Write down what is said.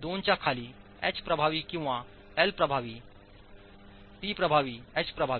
दोनच्या खाली एच प्रभावी किंवा एल प्रभावी टी प्रभावी एच प्रभावी